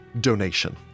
donation